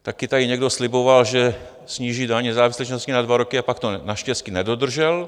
Taky tady někdo sliboval, že sníží daně na dva roky a pak to naštěstí nedodržel.